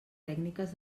tècniques